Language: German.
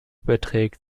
beträgt